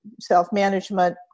self-management